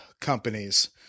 companies